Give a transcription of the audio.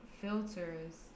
filters